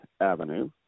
Avenue